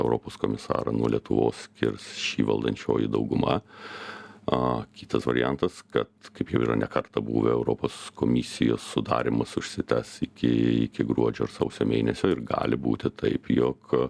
europos komisarą nuo lietuvos skirs ši valdančioji dauguma a kitas variantas kad kaip jau yra ne kartą buvę europos komisijos sudarymas užsitęs iki iki gruodžio ar sausio mėnesio ir gali būti taip jog